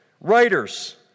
writers